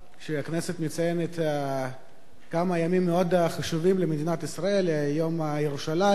שהכנסת מציינת כמה ימים מאוד חשובים למדינת ישראל: יום ירושלים,